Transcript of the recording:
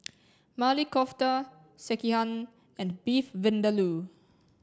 Maili Kofta Sekihan and Beef Vindaloo